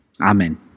Amen